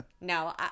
No